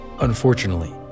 unfortunately